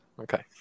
Okay